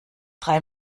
drei